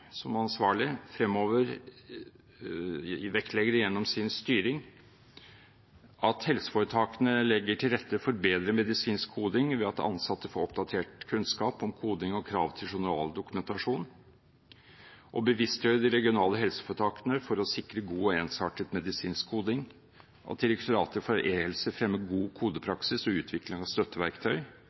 som ansvarlig, fremover gjennom sin styring vektlegger at helseforetakene legger til rette for bedre medisinsk koding ved at ansatte får oppdatert kunnskap om koding og krav til journaldokumentasjon at man bevisstgjør de regionale helseforetakene for å sikre god og ensartet medisinsk koding at Direktoratet for e-helse fremmer god kodepraksis og utvikling av støtteverktøy